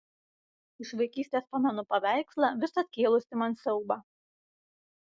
iš vaikystės pamenu paveikslą visad kėlusį man siaubą